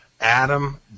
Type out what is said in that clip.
Adam